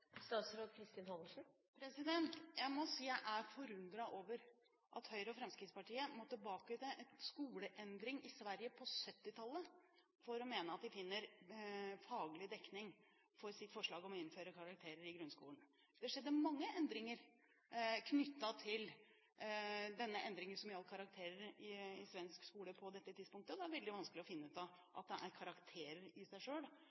Jeg må si jeg er forundret over at Høyre og Fremskrittspartiet må tilbake til en skoleendring i Sverige på 1970-tallet for å finne faglig dekning for sitt forslag om å innføre karakterer i grunnskolen. På det tidspunktet skjedde det mange endringer i svensk skole knyttet til den endringen som gjaldt karakterer, og det er veldig vanskelig å finne ut av om det er karakterer i seg